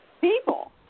people